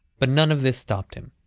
but none of this stopped him.